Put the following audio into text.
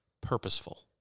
purposeful